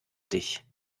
dich